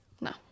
No